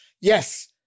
Yes